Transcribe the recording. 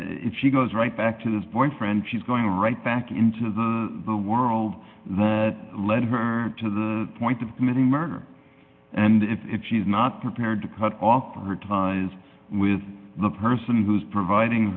if she goes right back to this boyfriend she's going right back into the the world lead her to the point of committing murder and if she's not prepared to cut off her ties with the person who's providing